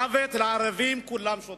מוות לערבים כולם שותקים.